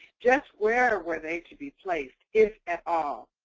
just where were they to be placed, if at all?